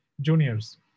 juniors